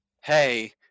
hey